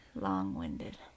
long-winded